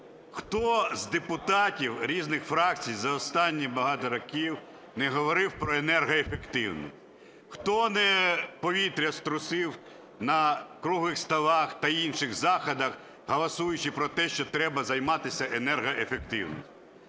хто з депутатів різних фракцій за останні багато років не говорив про енергоефективність? Хто повітря не струсив на круглих столах та інших заходах, голосуючи про те, що треба займатися енергоефективністю?